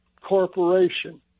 corporation